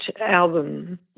album